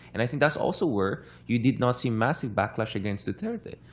and i think that's also where you did not see massive backlash against duterte.